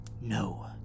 No